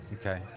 Okay